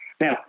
Now